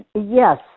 Yes